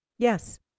Yes